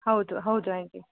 ಹೌದು ಹೌದು ಹಾಗೆ